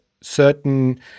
certain